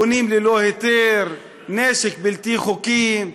בונים ללא היתר, נשק בלתי חוקי.